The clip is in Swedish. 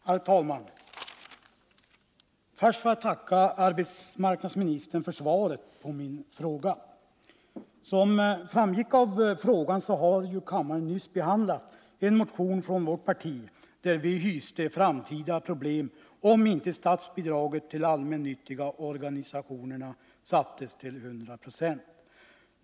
Herr talman! Först får jag tacka arbetsmarknadsministern för svaret på min fråga. Som framgick av frågan har kammaren nyligen behandlat en motion från mitt parti i vilken vi framförde farhågor för framtida problem, om inte statsbidraget till de allmännyttiga organisationerna sattes till 100 96.